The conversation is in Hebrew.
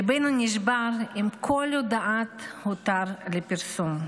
ליבנו נשבר עם כל הודעת "הותר לפרסום".